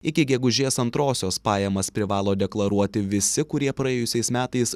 iki gegužės antrosios pajamas privalo deklaruoti visi kurie praėjusiais metais